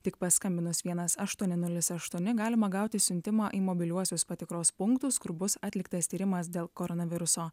tik paskambinus vienas aštuoni nulis aštuoni galima gauti siuntimą į mobiliuosius patikros punktus kur bus atliktas tyrimas dėl koronaviruso